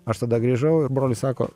aš tada grįžau ir brolis sako